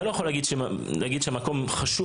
אתה לא יכול להגיד שהמקום חשוב,